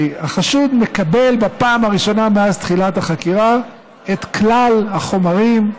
כי החשוד מקבל בפעם הראשונה מאז תחילת החקירה את כלל החומרים,